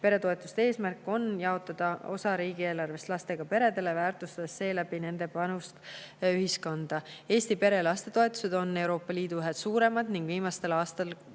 Peretoetuste eesmärk on jaotada osa riigieelarvest lastega peredele, väärtustades seeläbi nende panust ühiskonda. Eesti pere- ja lastetoetused on Euroopa Liidus ühed suurimad ning viimastel aastatel